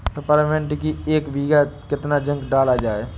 Peppermint की एक बीघा कितना जिंक डाला जाए?